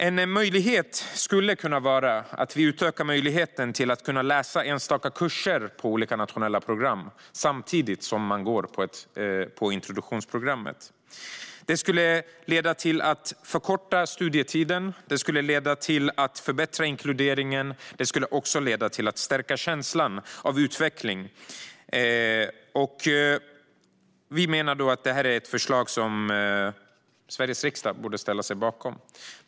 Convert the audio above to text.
En möjlighet skulle kunna vara att vi utökar möjligheten att läsa enstaka kurser på nationella program samtidigt som man går i introduktionsprogrammet. Det skulle leda till att studietiden förkortas. Det skulle leda till förbättrad inkludering. Det skulle också stärka känslan av utveckling. Vi menar att det är ett förslag som Sveriges riksdag borde ställa sig bakom.